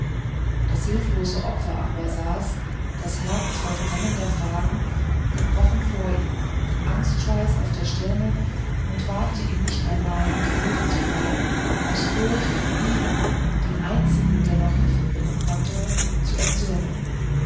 das hilflose opfer aber saß das herz voll brennender fragen gebrochen vor ihm angstschweiß auf der stirne und wagte ihm nicht einmal in die rede zu fallen aus furcht ihn den einzigen der noch hilfe bringen konnte zu erzürnen